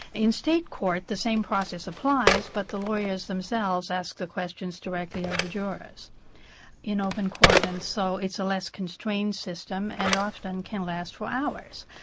in state court, the same process applies but the lawyers themselves ask the questions directly of the jurors in open court. and so it's a less constrained system, and often can last for hours,